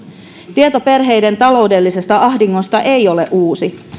tieto perheiden taloudellisesta ahdingosta ei ole uusi